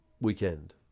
weekend